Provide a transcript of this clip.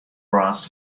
ross